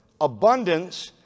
abundance